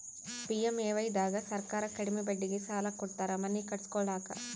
PMAY ದಾಗ ಸರ್ಕಾರ ಕಡಿಮಿ ಬಡ್ಡಿಗೆ ಸಾಲ ಕೊಡ್ತಾರ ಮನಿ ಕಟ್ಸ್ಕೊಲಾಕ